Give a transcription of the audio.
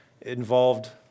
involved